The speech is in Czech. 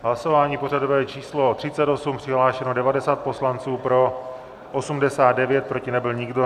Hlasování pořadové číslo 38, přihlášeno 90 poslanců, pro 89, proti nebyl nikdo.